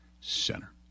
Center